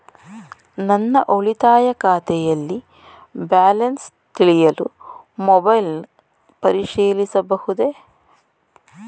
ನನ್ನ ಉಳಿತಾಯ ಖಾತೆಯಲ್ಲಿ ಬ್ಯಾಲೆನ್ಸ ತಿಳಿಯಲು ಮೊಬೈಲ್ ಪರಿಶೀಲಿಸಬಹುದೇ?